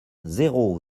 zéro